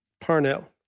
Parnell